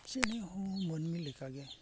ᱪᱮᱬᱮ ᱦᱚᱸ ᱢᱟᱱᱢᱤ ᱞᱮᱠᱟᱜᱮ